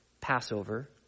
Passover